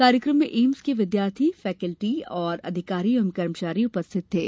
कार्यक्रम में एम्स के विद्यार्थी फैकल्टी और अधिकारी एवं कर्मचारी उपस्थित थे